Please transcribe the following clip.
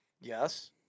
Yes